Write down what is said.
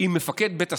עם מפקד בית הסוהר?